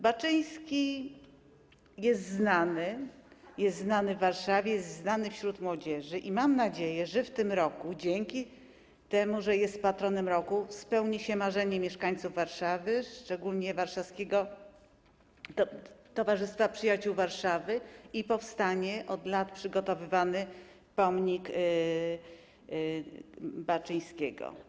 Baczyński jest znany, jest znany w Warszawie, jest znany wśród młodzieży i mam nadzieję, że w tym roku dzięki temu, że jest patronem roku, spełni się marzenie mieszkańców Warszawy, szczególnie Towarzystwa Przyjaciół Warszawy, i powstanie od lat przygotowywany pomnik Baczyńskiego.